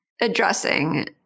addressing